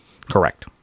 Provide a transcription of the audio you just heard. Correct